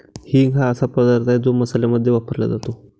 हिंग हा असा पदार्थ आहे जो मसाल्यांमध्ये वापरला जातो